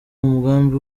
umugambi